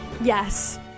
Yes